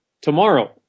Tomorrow